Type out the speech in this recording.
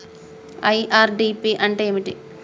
IRDP అంటే ఏమిటి?